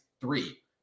three